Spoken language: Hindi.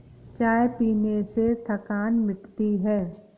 चाय पीने से थकान मिटती है